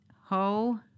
Ho-